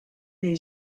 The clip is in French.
les